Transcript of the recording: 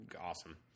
awesome